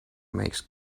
makes